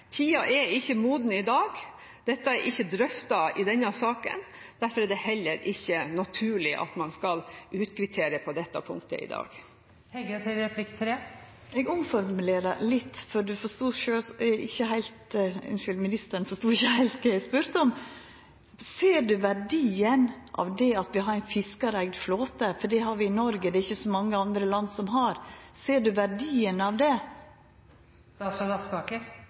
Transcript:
Tida er ikke moden i dag. Dette er ikke drøftet i denne saken. Derfor er det heller ikke naturlig å utkvittere på dette punktet i dag. Eg omformulerer litt, for ministeren forstod ikkje heilt kva eg spurde om: Ser du verdien av å ha ein fiskareigd flåte? Det har vi i Noreg, men det er det ikkje så mange andre land som har. Ser du verdien av det?